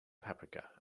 paprika